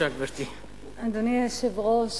אדוני היושב-ראש,